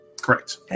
correct